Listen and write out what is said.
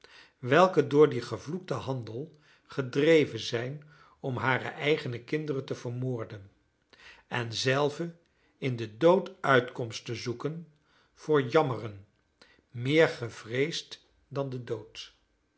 welke door dien gevloekten handel gedreven zijn om hare eigene kinderen te vermoorden en zelve in den dood uitkomst te zoeken voor jammeren meer gevreesd dan den dood